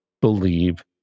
believe